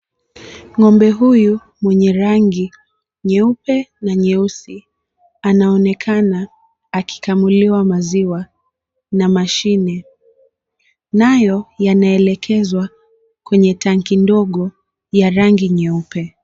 Ng'ombe huyu mwenye rangi, nyeupe na nyeusi, anaonekana akikamuliwa maziwa na mashine. Nayo yanaelekezwa kwenye tanki ndogo ya rangi nyeupe.